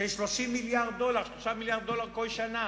של 30 מיליארד דולר, 3 מיליארדי דולר כל שנה,